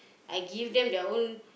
I give them their own